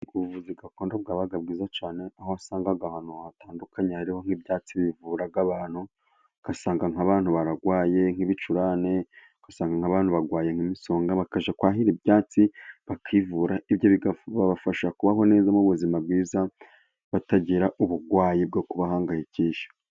Ubuvuzi gakonda bwabaga bwiza cyane, aho wasangaga ahantu hatandukanye hariho nk'ibyatsi bivuraga abantu, ugasanga nk'abantu bararwaye nk'ibicurane, ugasanga abantu barwaye imisonga, bakajya kwahira ibyatsi bakivura, ibyo bikabafasha kubaho neza mu buzima bwiza, batagira uburwayi bwo kubahangayikisha.